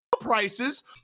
prices